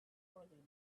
poorly